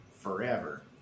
Forever